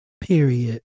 Period